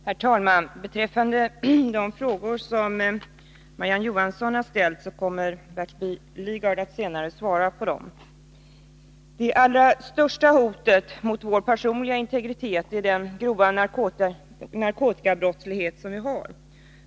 Herr talman! De frågor som Marie-Ann Johansson har ställt kommer Bertil Lidgard senare att svara på. Det allra största hotet mot vår personliga integritet är den grova narkotikabrottslighet som vi har.